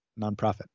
Nonprofit